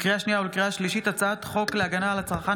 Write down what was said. לקריאה שנייה ולקריאה שלישית: הצעת חוק להגנה על הצרכן